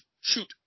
shoot